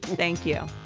thank you